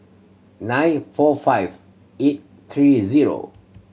nine four five eight three zero